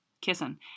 kissing